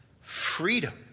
freedom